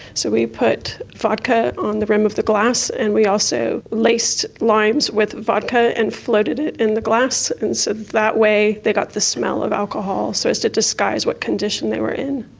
so we put vodka on the rim of the glass and we also laced limes with vodka and floated it in the glass. and so that way they got the smell of alcohol so as to disguise what condition they were in.